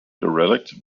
derelict